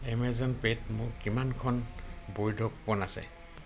Amazon পে'ত মোৰ কিমানখন বৈধ কুপন আছে